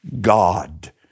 God